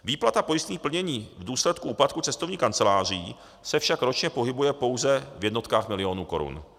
Výplata pojistných plnění v důsledku úpadku cestovních kanceláří se však ročně pohybuje pouze v jednotkách milionů korun.